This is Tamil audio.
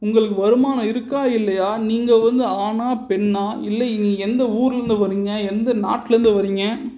உங்களுக்கு வருமானம் இருக்கா இல்லையா நீங்கள் வந்து ஆணா பெண்ணா இல்லை நீங்கள் எந்த ஊர்லேருந்து வரிங்க எந்த நாட்டிலேருந்து வரிங்க